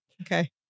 Okay